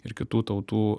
ir kitų tautų